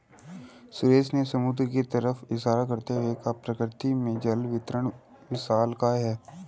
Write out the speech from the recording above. सुरेश ने समुद्र की तरफ इशारा करते हुए कहा प्रकृति में जल वितरण विशालकाय है